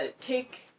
take